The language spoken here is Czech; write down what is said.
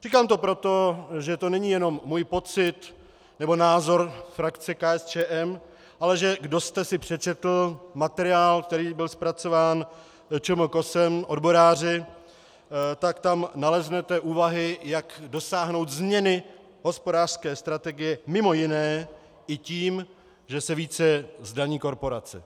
Říkám to proto, že to není jenom můj pocit nebo názor frakce KSČM, ale kdo jste si přečetl materiál, který byl zpracován ČMKOSem, odboráři, tak tam naleznete úvahy, jak dosáhnout změny hospodářské strategie mimo jiné i tím, že se více zdaní korporace.